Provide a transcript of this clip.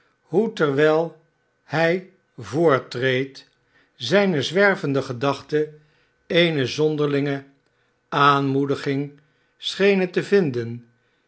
hoe terwijl hij voortreed zijne zwervende gedachten eenezonderlinge aanmoediging schenen te vinden